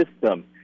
system